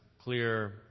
clear